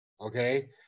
Okay